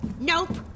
Nope